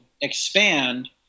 expand